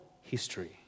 history